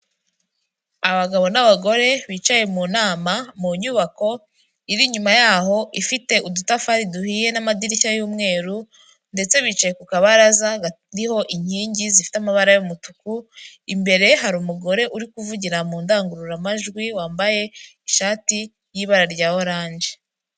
Abagabo n'abagore bicaye mu nama mu nyubako iri inyuma yaho ifite udutafari duhiye n'amadirishya y'umweru, ndetse bicaye ku kabaraza kariho inkingi zifite amabara y'umutuku, imbere hari umugore uri kuvugira mu ndangururamajwi wambaye ishati y'ibara rya oranje.